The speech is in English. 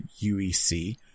UEC